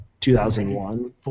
2001